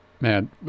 man